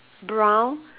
brown